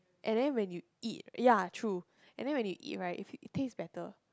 and then when you eat ya true and then when you eat right you feel the taste is better